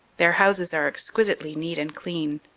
their houses are exquisitely neat and clean,